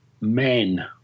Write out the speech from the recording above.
men